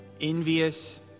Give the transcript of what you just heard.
envious